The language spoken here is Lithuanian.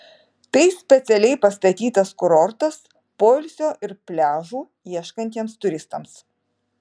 tai specialiai pastatytas kurortas poilsio ir pliažų ieškantiems turistams